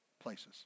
places